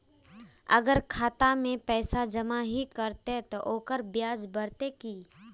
अगर खाता में पैसा जमा ही रहते ते ओकर ब्याज बढ़ते की?